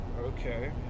Okay